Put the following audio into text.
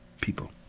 people